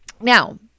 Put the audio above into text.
Now